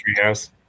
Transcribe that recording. Treehouse